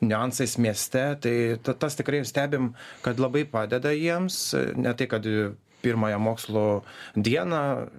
niuansais mieste tai ta tas tikrai stebim kad labai padeda jiems ne tai kad pirmąją mokslų dieną